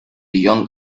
young